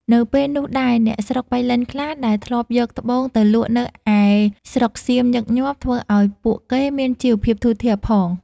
នៅពេលនោះដែរអ្នកស្រុកប៉ៃលិនខ្លះ ដែលធ្លាប់យកត្បូងទៅលក់នៅឯស្រុកសៀមញឹកញាប់ ធ្វើឲ្យពួកគេមានជីវភាពធូរធារផង។